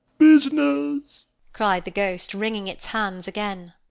business! cried the ghost, wringing its hands again.